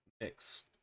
mix